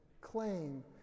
claim